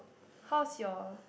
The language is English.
how's your